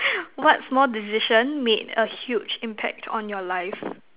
what small decision made a huge impact on your life